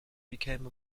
became